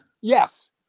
Yes